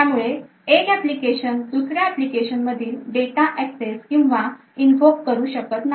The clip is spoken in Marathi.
त्यामुळे एक एप्लीकेशन दुसऱ्या एप्लीकेशन मधील data access किंवा invoke करू शकत नाही